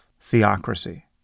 theocracy